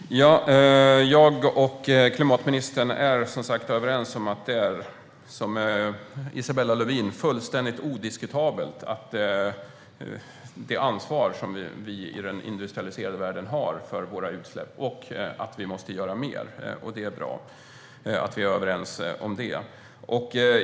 Herr talman! Jag och klimatminister Isabella Lövin är som sagt överens om att det är fullständigt odiskutabelt att vi i den industrialiserade världen har ansvar för våra utsläpp och måste göra mer. Det är bra att vi är överens om det.